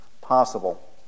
possible